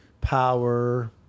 power